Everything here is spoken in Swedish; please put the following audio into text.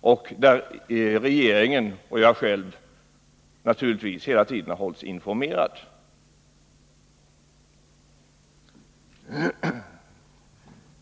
och där naturligtvis regeringen och jag själv hela tiden har hållits informerade.